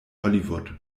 hollywood